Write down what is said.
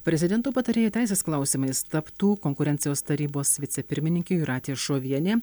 prezidento patarėja teisės klausimais taptų konkurencijos tarybos vicepirmininkė jūratė šovienė